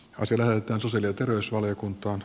esillä susanne terveysvaliokuntaan